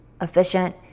efficient